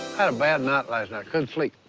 had a bad night last night, couldn't sleep.